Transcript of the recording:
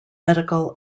medical